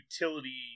utility